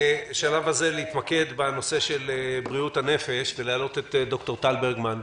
בשלב הזה אני רוצה להתמקד בבריאות הנפש ולהעלות את ד"ר טל ברגמן לוי,